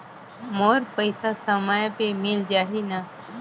मोर पइसा समय पे मिल जाही न?